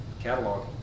catalog